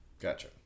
Gotcha